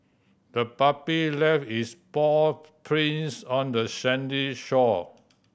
the puppy left its paw prints on the sandy shore